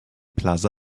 plaza